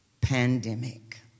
pandemic